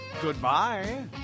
Goodbye